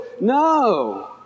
No